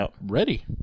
ready